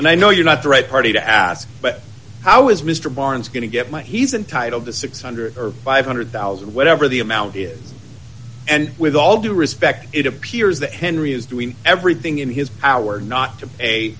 and i know you're not the right party to ask but how is mr barnes going to get my he's entitled to six hundred or five hundred thousand whatever the amount is and with all due respect it appears that henry is doing everything in his power not to